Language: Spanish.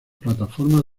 plataformas